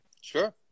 sure